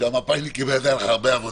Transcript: כשהיו המפא"ניקים, אז הייתה לך הרבה עבודה.